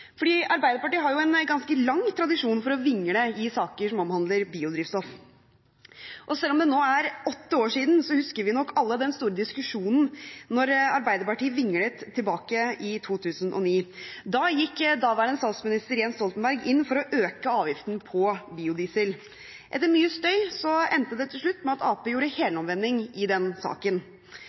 Arbeiderpartiet har jo en ganske lang tradisjon for å vingle i saker som omhandler biodrivstoff. Og selv om det nå er åtte år siden, husker vi nok alle den store diskusjonen da Arbeiderpartiet vinglet, tilbake i 2009. Da gikk daværende statsminister Jens Stoltenberg inn for å øke avgiften på biodiesel. Etter mye støy endte det til slutt med at Arbeiderpartiet gjorde helomvending i den saken.